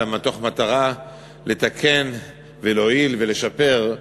אלא מתוך מטרה לתקן ולהועיל ולשפר.